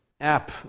app